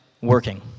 working